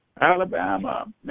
Alabama